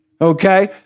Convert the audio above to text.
okay